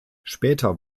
später